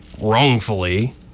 wrongfully